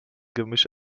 gemisch